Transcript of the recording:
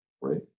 Right